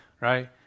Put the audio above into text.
right